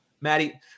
Maddie